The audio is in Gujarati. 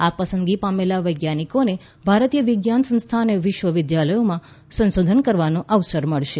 આ પસંદગી પામેલા વૈજ્ઞાનિકો ભારતીય વિજ્ઞાન સંસ્થાઓ અને વિશ્વ વિદ્યાલયોમાં સંશોધન કરવાનો અવસર મળશે